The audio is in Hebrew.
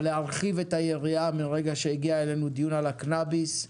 אבל להרחיב את היריעה מהרגע שהגיע אלינו דיון על הקנביס,